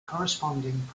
corresponding